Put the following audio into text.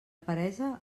peresa